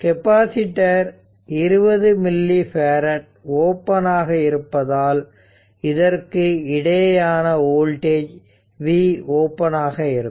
capacitor 20 milli farad open ஆக இருப்பதால் இதற்கு இடையேயான வோல்டேஜ் v ஓபன் ஆக இருக்கும்